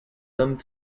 homme